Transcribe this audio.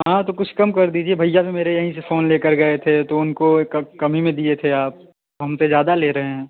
हाँ तो कुछ कम कर दीजिए भैया भी मेरे यहीं से फ़ोन लेकर गए थे तो उनको कम कम ही में दिए थे आप हमसे ज्यादा ले रहे हैं